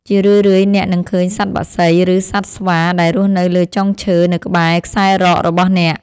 ជារឿយៗអ្នកនឹងឃើញសត្វបក្សី ឬសត្វស្វាដែលរស់នៅលើចុងឈើនៅក្បែរខ្សែរ៉ករបស់អ្នក។